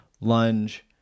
lunge